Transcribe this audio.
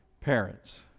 parents